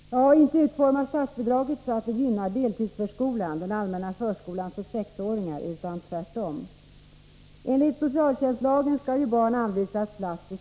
Ja, inte utformas statsbidraget så att det gynnar deltidsförskolan, den allmänna förskolan för 6-åringar, utan tvärtom.